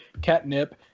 catnip